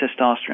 testosterone